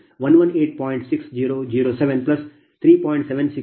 763 ಆದ್ದರಿಂದ 118